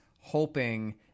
hoping